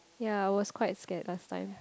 ya I was quite scared last time